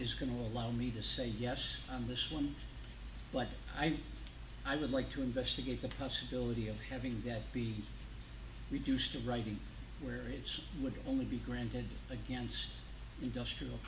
is going to allow me to say yes on this one but i would like to investigate the possibility of having that be reduced to writing where it would only be granted against industrial